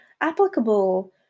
applicable